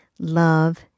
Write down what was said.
love